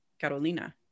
Carolina